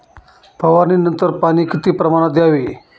फवारणीनंतर पाणी किती प्रमाणात द्यावे?